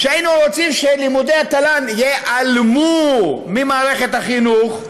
שהיינו רוצים שלימודי התל"ן ייעלמו ממערכת החינוך,